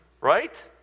right